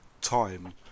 time